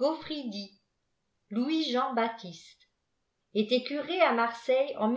gaurmdi louis îean baptiste était curé à marseille en